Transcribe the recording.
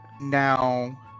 Now